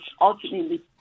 ultimately